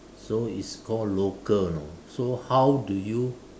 so it's called local you know so how do you